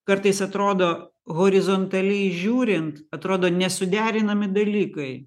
kartais atrodo horizontaliai žiūrint atrodo nesuderinami dalykai